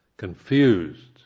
confused